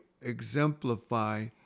exemplify